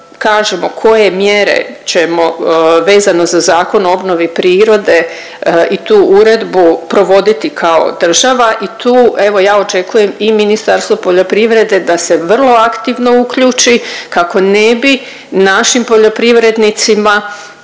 koje mjere ćemo vezano za Zakon o obnovi prirode i tu uredbu provoditi kao država i tu evo ja očekujem i Ministarstvo poljoprivrede da se vrlo aktivno uključi kako ne bi našim poljoprivrednicima